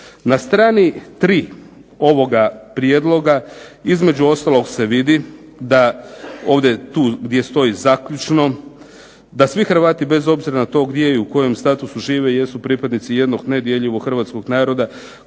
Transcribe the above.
Na strani 3. ovoga prijedloga, između ostalog se vidi da ovdje, tu gdje stoji zaključno, da svi Hrvati bez obzira na to gdje i u kojem statusu žive jesu pripadnici jednog nedjeljivog hrvatskog naroda